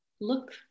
look